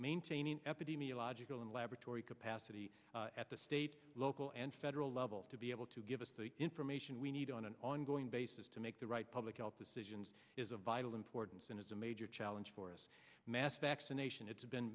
maintaining epidemiological and laboratory capacity at the state local and federal level to be able to give us the information we need on an ongoing basis to make the right public health decisions is of vital importance and it's a major challenge for us mass vaccination it's been